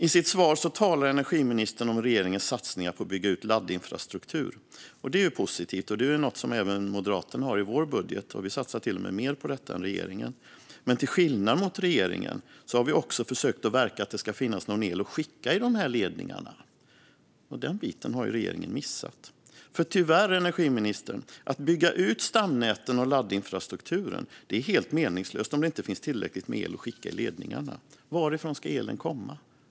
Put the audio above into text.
I sitt svar talar energiministern om regeringens satsningar på att bygga ut laddinfrastrukturen. Det är positivt och något som även vi från Moderaterna har i vår budget. Vi satsar till och med mer på detta än vad regeringen gör. Men till skillnad från regeringen har vi också försökt verka för att det ska finnas någon el att skicka i de här ledningarna. Den biten har regeringen missat. Tyvärr, energiministern, är det helt meningslöst att bygga ut stamnäten och laddinfrastrukturen om det inte finns tillräckligt med el att skicka i ledningarna. Varifrån ska elen komma?